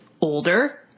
older